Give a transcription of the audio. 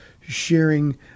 sharing